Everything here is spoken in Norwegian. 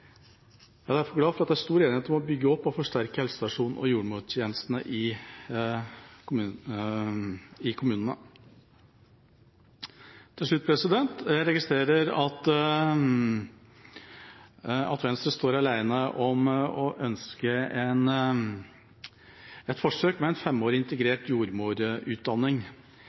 Jeg er derfor glad for at det er stor enighet om å bygge opp og forsterke helsestasjonene og jordmortjenesten i kommunene. Til slutt: Jeg registrerer at Venstre står alene om å ønske et forsøk med en femårig